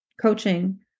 coaching